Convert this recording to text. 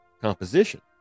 composition